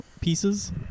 pieces